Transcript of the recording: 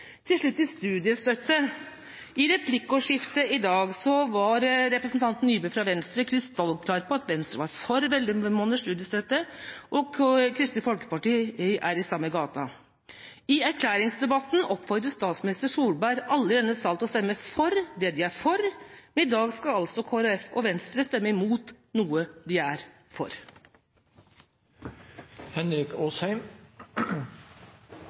Til slutt til studiestøtte. I et replikkordskifte i dag var representanten Nybø fra Venstre krystallklar på at Venstre var for elleve måneders studiestøtte, og Kristelig Folkeparti er i samme gata. I erklæringsdebatten oppfordret statsminister Solberg alle i denne sal til å stemme for det de er for, men i dag skal altså Kristelig Folkeparti og Venstre stemme imot noe de er